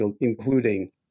including